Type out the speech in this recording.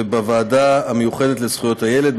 בוועדה המיוחדת לזכויות הילד,